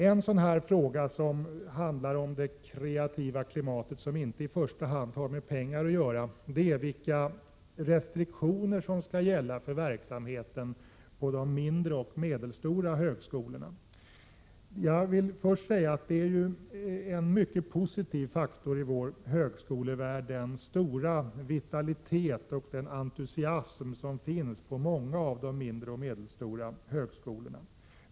En fråga som handlar om det kreativa klimatet och som inte i första hand har med pengar att göra är vilka restriktioner som skall gälla för verksamheten vid de mindre och medelstora högskolorna. Jag vill först säga att den stora vitalitet och entusiasm som finns på många av de mindre och medelstora högskolorna är en mycket positiv faktor i vår högskolevärld.